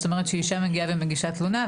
זאת אומרת שאישה מגיעה ומגישה תלונה,